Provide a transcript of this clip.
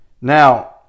Now